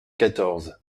quatorze